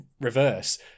reverse